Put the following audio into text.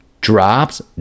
drops